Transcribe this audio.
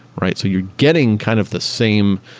right? so you're getting kind of the same,